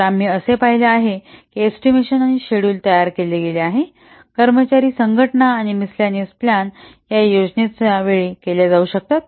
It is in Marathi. तर आम्ही असे पाहिले आहे की एस्टिमेशन आणि शेड्युल तयार केले गेले आहे कर्मचारी संघटना काही मिसचेलनेऊस प्लानं या योजनेच्या प्लॅन च्या वेळी केल्या जाऊ शकतात